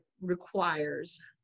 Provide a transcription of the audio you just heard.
requires